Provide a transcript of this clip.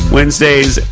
Wednesdays